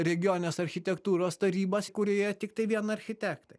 regionės architektūros tarybas kurioje tiktai vien architektai